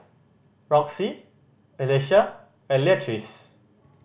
Roxie Alesia and Leatrice